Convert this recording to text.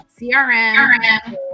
CRM